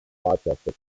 rochester